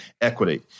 equity